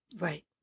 Right